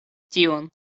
tion